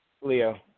Leo